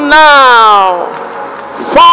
now